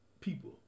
people